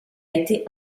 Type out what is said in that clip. été